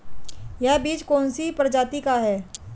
यह बीज कौन सी प्रजाति का है?